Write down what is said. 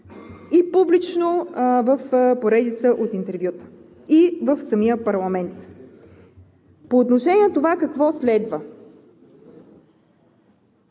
и публично в поредица от интервюта, и в самия парламент. По отношение на това какво следва.